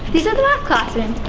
these are the math classrooms.